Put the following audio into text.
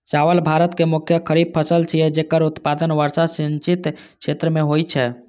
चावल भारत के मुख्य खरीफ फसल छियै, जेकर उत्पादन वर्षा सिंचित क्षेत्र मे होइ छै